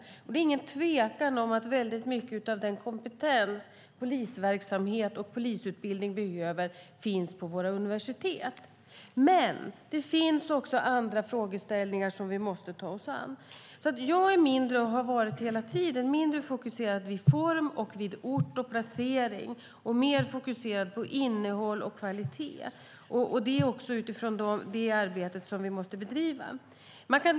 Det råder ingen tvekan om att mycket av den kompetens, den polisverksamhet och den polisutbildning som vi behöver finns på våra universitet. Men det finns också andra frågeställningar som vi måste ta oss an. Jag har hela tiden varit, och är fortfarande, mindre fokuserad på form, ort och placering och mer fokuserad på innehåll och kvalitet. Det är utifrån detta som vi måste bedriva arbetet.